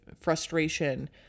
frustration